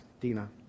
Dina